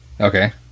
Okay